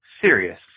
serious